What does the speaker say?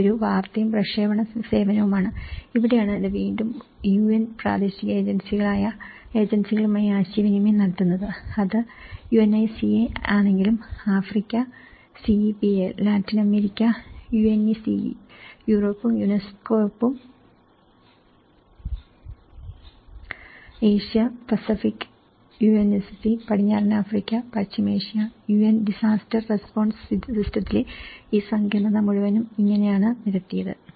ഇത് ഒരു വാർത്തയും പ്രക്ഷേപണ സേവനവുമാണ് ഇവിടെയാണ് ഇത് വീണ്ടും യുഎൻ പ്രാദേശിക ഏജൻസികളുമായി ആശയവിനിമയം നടത്തുന്നത് അത് UNICA ആണെങ്കിലും Africa CEPAL Latin America UNECE യൂറോപ്പും യുനെസ്കാപ്പും ഏഷ്യ പസഫിക് UNSC പടിഞ്ഞാറൻ ആഫ്രിക്ക പശ്ചിമേഷ്യ യുഎൻ ഡിസാസ്റ്റർ റെസ്പോൺസ് സിസ്റ്റത്തിലെ ഈ സങ്കീർണ്ണത മുഴുവനും ഇങ്ങനെയാണ് നിരത്തിയത്